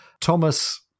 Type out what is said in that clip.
Thomas